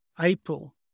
April